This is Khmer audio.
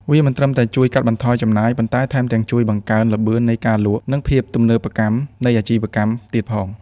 វាមិនត្រឹមតែជួយកាត់បន្ថយចំណាយ ប៉ុន្តែថែមទាំងជួយបង្កើនល្បឿននៃការលក់ និងភាពទំនើបកម្មនៃអាជីវកម្មទៀតផង។